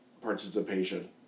participation